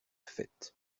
fait